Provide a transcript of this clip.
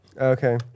Okay